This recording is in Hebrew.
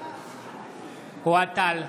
אוהד טל,